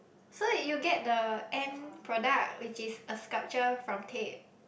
so you get the end product which is a sculpture from tape